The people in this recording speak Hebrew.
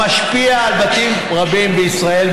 המשפיע על בתים רבים בישראל.